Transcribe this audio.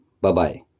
Bye-bye